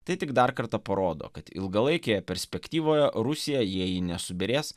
tai tik dar kartą parodo kad ilgalaikėje perspektyvoje rusija jei ji nesubyrės